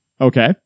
Okay